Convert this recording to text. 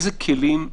איזה כלים,